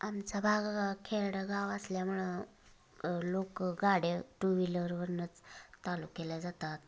आमचा भाग खेडेगांव असल्यामुळं लोकं गाड्या टुव्हीलरवरनंच तालुक्याला जातात